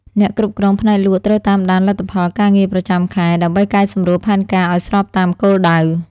អ្នកគ្រប់គ្រងផ្នែកលក់ត្រូវតាមដានលទ្ធផលការងារប្រចាំខែ ដើម្បីកែសម្រួលផែនការឱ្យស្របតាមគោលដៅ។